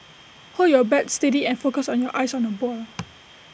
hold your bat steady and focus on your eyes on the ball